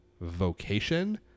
vocation